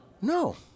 no